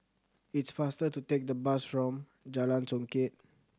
it's faster to take the bus Jalan Songket